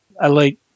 elite